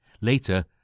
Later